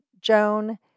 Joan